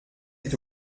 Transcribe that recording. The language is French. est